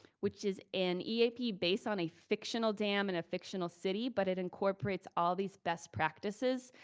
which is an eap based on a fictional dam in a fictional city, but it incorporates all these best practices.